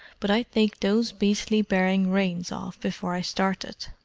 but i'd take those beastly bearing-reins off before i started.